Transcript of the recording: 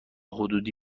حدودی